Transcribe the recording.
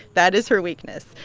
that is her weakness.